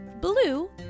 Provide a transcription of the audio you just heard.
blue